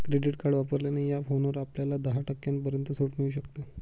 credit card वापरल्याने या फोनवर आपल्याला दहा टक्क्यांपर्यंत सूट मिळू शकते